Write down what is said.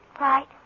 Right